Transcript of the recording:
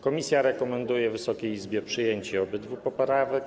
Komisja rekomenduje Wysokiej Izbie przyjęcie obydwu poprawek.